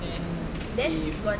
then got